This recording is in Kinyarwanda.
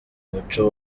umuco